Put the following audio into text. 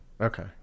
Okay